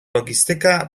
logistyka